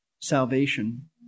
salvation